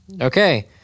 Okay